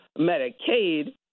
Medicaid